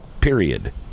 period